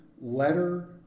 letter